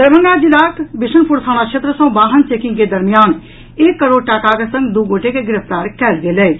दरभंगा जिला बिशनपुर थाना क्षेत्र सँ वाहन चेकिंग के दरमियान एक करोड़ टाकाक संग दू गोटे के गिरफ्तार कयल गेल अछि